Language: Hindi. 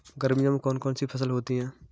गर्मियों में कौन कौन सी फसल होती है?